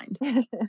mind